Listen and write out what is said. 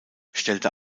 stellte